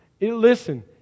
Listen